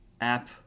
app